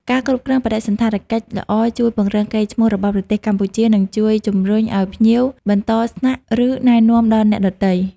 ការគ្រប់គ្រងបដិសណ្ឋារកិច្ចល្អជួយពង្រឹងកេរិ៍្តឈ្មោះរបស់ប្រទេសកម្ពុជា និងជួយជម្រុញឱ្យភ្ញៀវបន្តស្នាក់ឬណែនាំដល់អ្នកដទៃ។